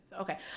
Okay